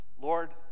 lord